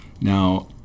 Now